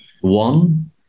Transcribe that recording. One